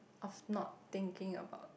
of not thinking about